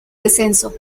descenso